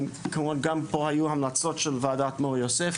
גם פה היו המלצות של ועדת מור-יוסף,